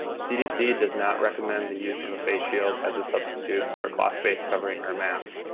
cdc does not recommend the use of a face shield as a substitute for a cloth face covering or mask.